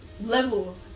level